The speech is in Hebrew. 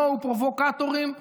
פרובוקטורים כמוהו,